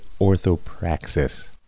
orthopraxis